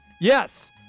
Yes